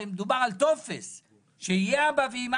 הרי מדובר על טופס אז שיהיה "אבא" ו"אימא"?